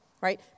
right